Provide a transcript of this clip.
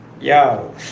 Yo